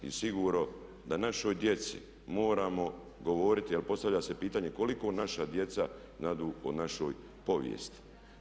I sigurno da našoj djeci moramo govoriti jer postavlja se pitanje koliko naša djeca znadu o našoj povijesti.